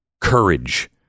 courage